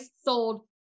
sold